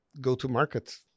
go-to-market